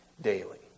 daily